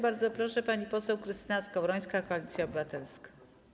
Bardzo proszę, pani poseł Krystyna Skowrońska, Koalicja Obywatelska.